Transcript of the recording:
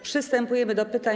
Przystępujemy do pytań.